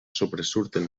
sobresurten